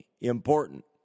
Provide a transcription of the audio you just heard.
important